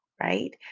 right